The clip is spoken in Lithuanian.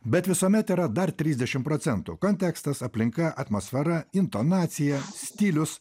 bet visuomet yra dar trisdešim procentų kontekstas aplinka atmosfera intonacija stilius